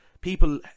people